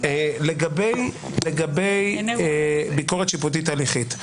לגבי ביקורת שיפוטית הליכית,